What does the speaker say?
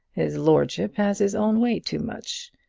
his lordship has his own way too much.